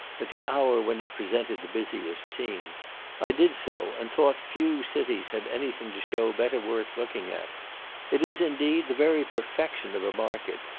at the hour when it presented the busiest scene i did so, and thought few cities had any thing to show better worth looking at it is, indeed, the very perfection of a market,